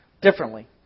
differently